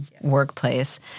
workplace